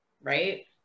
right